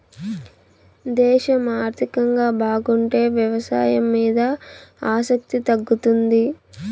దేశం ఆర్థికంగా బాగుంటే వ్యవసాయం మీద ఆసక్తి తగ్గుతుంది